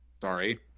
Sorry